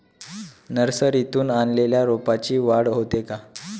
नर्सरीतून आणलेल्या रोपाची वाढ होते का?